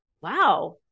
wow